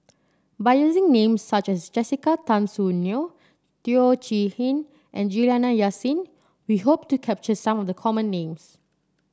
by using names such as Jessica Tan Soon Neo Teo Chee Hean and Juliana Yasin we hope to capture some of the common names